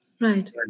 Right